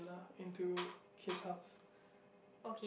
lah into his house